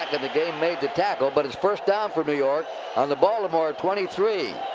the the game, made the tackle. but it's first down for new york on the baltimore twenty three.